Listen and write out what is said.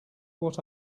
what